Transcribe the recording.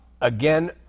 Again